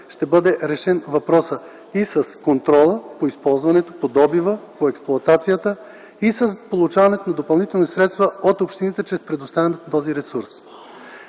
ще бъде решен въпросът с контрола по добива, използването и експлоатацията и получаването на допълнителни средства от общините чрез предоставянето на този ресурс.